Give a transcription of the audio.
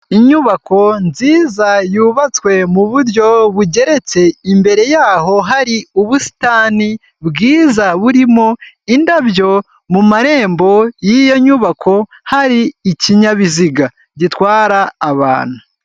Inyubako nziza yubatswe mu buryo bugeretse imbere yaho hari ubusitani bwiza burimo indabyo mu marembo y'iyo nyubako hari ikinyabiziga gitwara abantu.